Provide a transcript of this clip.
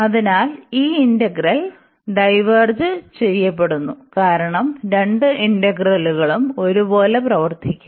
അതിനാൽ ഈ integral diverge ചെയ്യുന്നു കാരണം രണ്ട് ഇന്റഗ്രലുകളും ഒരേപോലെ പ്രവർത്തിക്കും